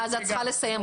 אז את צריכה לסיים.